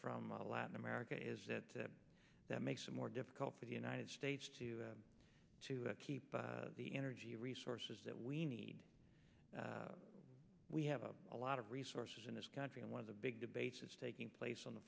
from latin america is that that makes it more difficult for the united states to to keep the energy resources that we need we have a lot of resources in this country and one of the big debates is taking place on the